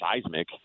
seismic